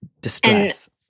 distress